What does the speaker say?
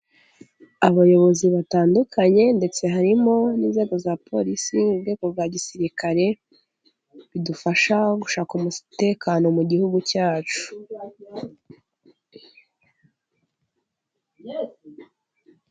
Abayobozi batandukanye ndetse harimo n'inzego za polisi, urweko bwa gisirikare bidufasha gushaka umutekano mu gihugu cyacu.